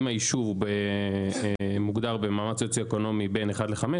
אם הישוב מוגדר במעמד סוציו-אקונומי בין 1 ל-5,